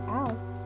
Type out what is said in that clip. else